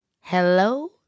Hello